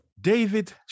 David